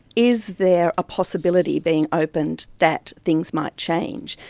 is there a possibility being opened that things might change,